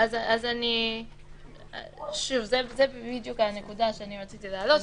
זו הנקודה שרציתי להעלות.